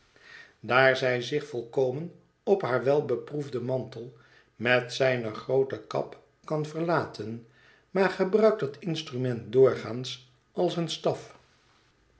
daar zij zich volkomen op haar welbeproefdcn mantel met zijne groote kap kan verlaten maar gebruikt dat instrument doorgaans als een staf